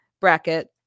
bracket